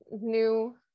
new